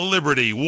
liberty